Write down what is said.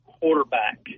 quarterback